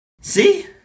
See